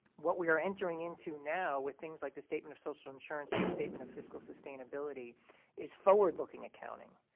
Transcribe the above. what we are entering into now with things like the statement of social insurance and the statement of fiscal sustainability is forward-looking accounting,